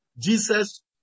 Jesus